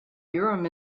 urim